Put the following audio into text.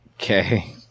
Okay